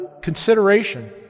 consideration